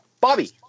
Bobby